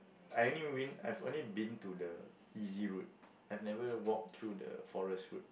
I only been I've only been to the easy route I've never walked through the forest route